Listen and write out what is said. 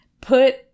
Put